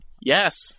yes